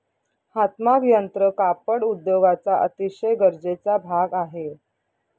हातमाग यंत्र कापड उद्योगाचा अतिशय गरजेचा भाग आहे